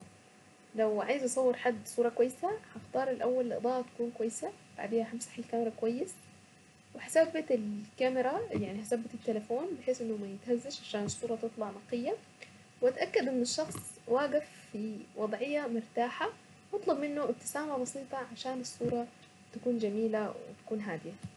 لو عايز اصور حد بصورة كويسة هختار الاول الاضاءة تكون كويسة بعدها همسح الكاميرا كويس وهثبتت الكاميرا يعني هثبت التليفون بحيث انه ما يتهزش عشان الصورة تطلع نقية واتأكد ان الشخص واقف في وضعية مرتاحة واطلب منه ابتسامة بسيطة عشان الصورة تكون جميلة وتكون هادية.